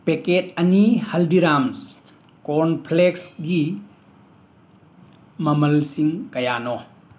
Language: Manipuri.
ꯄꯦꯀꯦꯠ ꯑꯅꯤ ꯍꯜꯗꯤꯔꯥꯝꯁ ꯀꯣꯔꯟꯐ꯭ꯂꯦꯛꯁꯒꯤ ꯃꯃꯜꯁꯤꯡ ꯀꯌꯥꯅꯣ